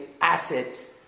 assets